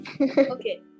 okay